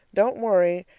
don't worry.